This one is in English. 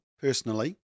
personally